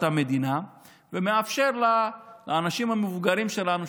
המדינה ומאפשר לאנשים המבוגרים שלנו,